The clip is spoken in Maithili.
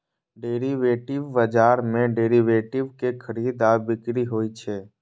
डेरिवेटिव बाजार मे डेरिवेटिव के खरीद आ बिक्री होइ छै